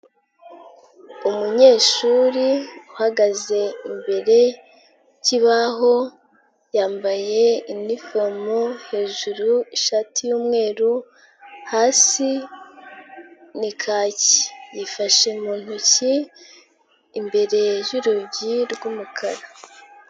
Umunyeshuri uhagaze imbere y'ikibaho, yambaye inifomo hejuru ishati y'umweru, hasi ni kaki, yifashe mu ntoki, imbere y'urugi rw'umukara.